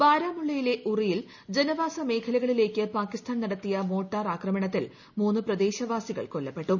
ബാരാമുള്ളയിലെ ഉറിയിൽ ജനവാസ മേഖലകളിലേക്ക് പാകിസ്ഥാൻ നടത്തിയ മോർട്ടാർ ആക്രമണത്തിൽ മൂന്ന് പ്രദേശവാസികൾ കൊല്ലപ്പെട്ടു